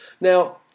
Now